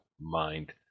mind